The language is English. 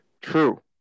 True